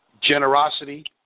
Generosity